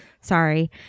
Sorry